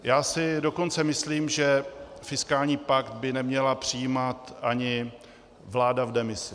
Já si dokonce myslím, že fiskální pakt by neměla přijímat ani vláda v demisi.